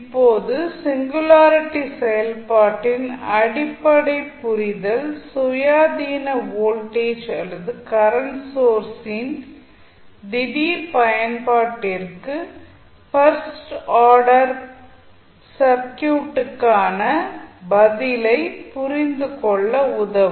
இப்போது சிங்குலாரிட்டி செயல்பாட்டின் அடிப்படை புரிதல் சுயாதீன வோல்ட்டேஜ் அல்லது கரன்ட் சோர்ஸின் திடீர் பயன்பாட்டிற்கு ஃபர்ஸ்ட் ஆர்டர் சர்க்யூட்டுக்கான பதிலைப் புரிந்துகொள்ள உதவும்